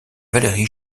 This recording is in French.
valéry